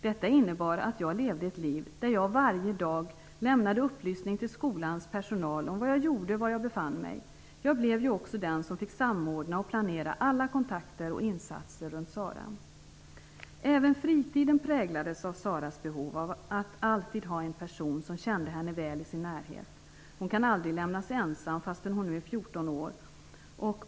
Detta innebar att jag levde ett liv där jag varje dag lämnade upplysning till skolans personal om vad jag gjorde och var jag befann mig. Jag blev ju också den som fick samordna och planera alla kontakter och insatser runt Sara. Även fritiden präglades av Saras behov av att alltid ha en person som kände henne väl i sin närhet. Hon kan aldrig lämnas ensam fastän hon nu är 14 år.